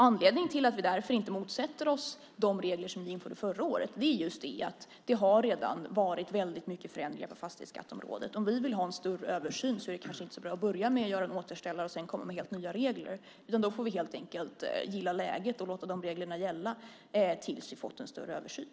Anledningen till att vi inte motsätter oss de regler som ni införde är just att det redan har varit väldigt många förändringar på fastighetsskatteområdet. Om vi vill ha en stor översyn är det kanske inte så bra att börja med att göra en återställare och sedan komma med helt nya regler. Då får vi helt enkelt gilla läget och låta de reglerna gälla tills vi har fått en större översyn.